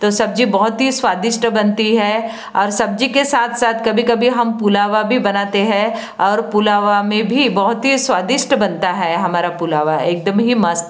तो सब्जी बहुत ही स्वादिष्ट बनती है और सब्जी के साथ साथ कभी कभी हम पुलावा भी बनाते है और पुलावा में भी बहुत ही स्वादिष्ट बनता है हमारा पुलावा एकदम ही मस्त